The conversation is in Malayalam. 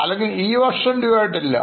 അല്ലെങ്കിൽ ഈവർഷം dueആയിട്ടില്ല